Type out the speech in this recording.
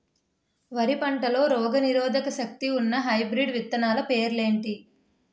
వరి పంటలో రోగనిరోదక శక్తి ఉన్న హైబ్రిడ్ విత్తనాలు పేర్లు ఏంటి?